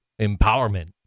empowerment